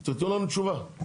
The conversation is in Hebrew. תיתנו לנו תשובה.